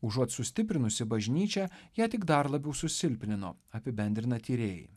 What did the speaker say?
užuot sustiprinusi bažnyčią ją tik dar labiau susilpnino apibendrina tyrėjai